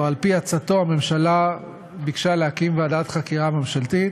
או על-פי עצתו הממשלה ביקשה להקים ועדת חקירה ממשלתית,